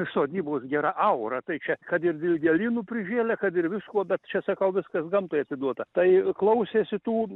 sodybos gera aura tai čia kad ir dilgėlynų prižėlę kad ir visko bet čia sakau viskas gamtai atiduota tai klausėsi tų